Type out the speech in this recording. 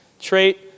Trait